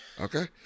Okay